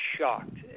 Shocked